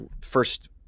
first